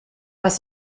más